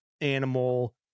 animal